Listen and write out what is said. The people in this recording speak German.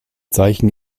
zeichen